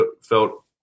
felt